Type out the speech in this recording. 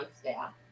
staff